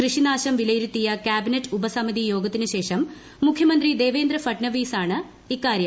കൃഷി നാശം വിലയിരുത്തിയ കാബിനറ്റ് ഉപസമിതി യോഗത്തിനുശേഷം മുഖ്യമന്ത്രി ദേവേന്ദ്ര ഫഡ്നാവിസ് അറിയിച്ചതാണ് ഇക്കാര്യം